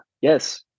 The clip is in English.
Yes